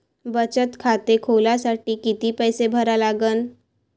बचत खाते खोलासाठी किती पैसे भरा लागन?